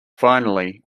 finally